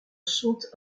sont